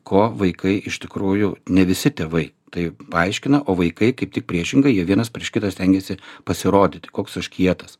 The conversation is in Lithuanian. ko vaikai iš tikrųjų ne visi tėvai tai paaiškina o vaikai kaip tik priešingai jie vienas prieš kitą stengiasi pasirodyti koks aš kietas